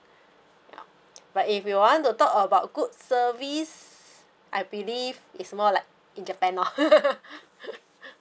ya but if you want to talk about good service I believe it's more like in japan lor